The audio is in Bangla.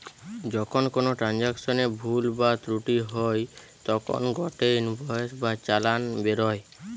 যখন কোনো ট্রান্সাকশনে ভুল বা ত্রুটি হই তখন গটে ইনভয়েস বা চালান বেরোয়